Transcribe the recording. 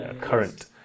current